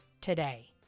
today